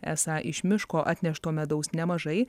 esą iš miško atnešto medaus nemažai